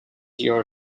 your